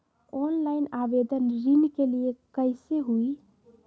Online आवेदन ऋन के लिए कैसे हुई?